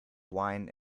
wine